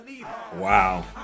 Wow